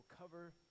cover